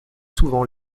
souvent